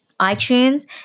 itunes